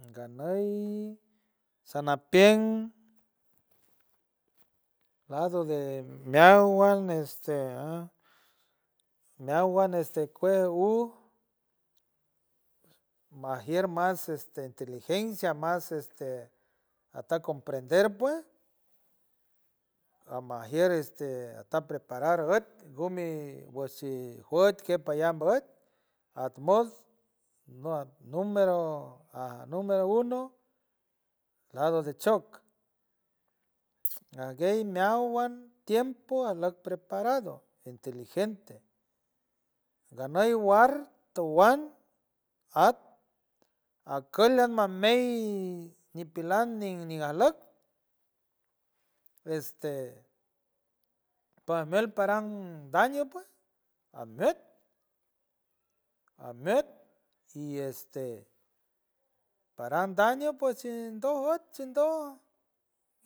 Nganaij sanajpien lado de meawuan neste de neawuan este cue u majier mas este inteligencia mas este aca comprender puej amajier este ata preparar red gumi guashi juet que payanboet armost no numero uno, lado de chork aguey meawuan tiempo a lat preparado inteligente ganay guar towuan art aquelian mamey nipelau nin nigalot este palmer paran daño puej amet amet y este parandaño pues shindon out shindon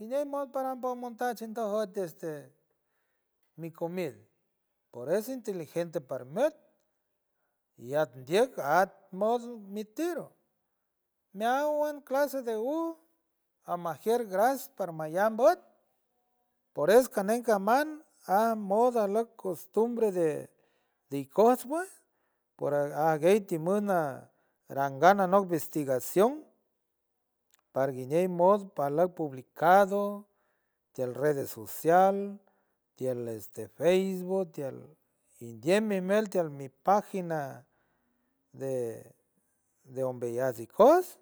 iñimos paravonmondart chindow estede mi comida, por eso inteligente parmet iar andey art mosmitiro meawuan clase de u amajier gras parmayan vot por eso cañejet aman and moda lok costumbre de icosmue por aguey ti mona rangan anot ivestigación paranguinier mos palac publicado ti al redes social ti al este feisbook ti alien limeydi pagina de umbeyajs ikojts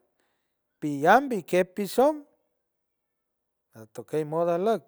piyambikepishom tanto key moda lok.